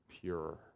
pure